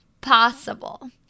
possible